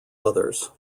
others